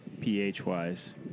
pH-wise